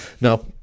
Now